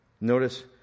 Notice